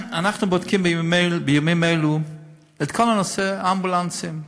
אנחנו בודקים בימים אלה את כל נושא האמבולנסים,